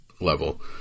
level